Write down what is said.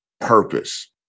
purpose